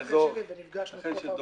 באזור, שכן של דורון.